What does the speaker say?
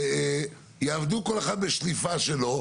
יעבדו כל אחד בשליפה שלו,